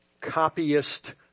Copyist